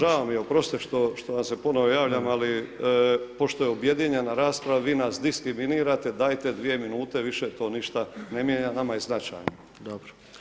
Žao mi je, oprostite što vam se ponovo javljam, ali pošto je objedinjena rasprava, vi nas diskriminirate, dajte dvije minute više, to ništa ne mijenja, nama je značajno.